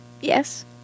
Yes